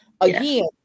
Again